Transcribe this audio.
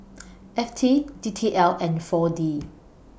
F T D T L and four D